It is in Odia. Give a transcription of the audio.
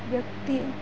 ବ୍ୟକ୍ତି